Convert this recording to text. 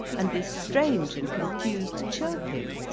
and this strange and confused chirping,